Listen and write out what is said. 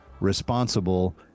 responsible